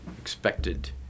expected